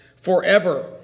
forever